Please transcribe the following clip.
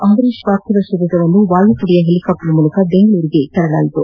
ಅಂಬರೀಶ್ ಪಾರ್ಥಿವ ಶರೀರವನ್ನು ವಾಯುಪಡೆಯ ಹೆಲಿಕಾಪ್ಸರ್ನಲ್ಲಿ ಬೆಂಗಳೂರಿಗೆ ತರಲಾಯಿತು